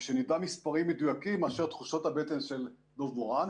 ושנדע מספרים מדויקים מאשר תחושות הבטן של דב מורן.